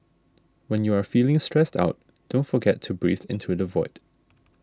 when you are feeling stressed out don't forget to breathe into the void